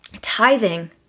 tithing